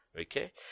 Okay